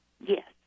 Yes